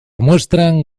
muestran